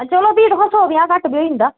बा चलो भी दिक्खोआं सौ पंजाऽ घट्ट बी होई जंदा